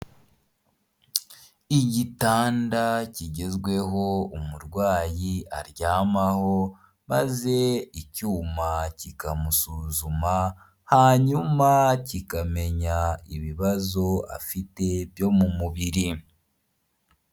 Igitanda kigezweho umurwayi aryamaho maze icyuma kikamusuzuma, hanyuma kikamenya ibibazo afite byo mu mubiri.